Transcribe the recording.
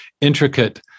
intricate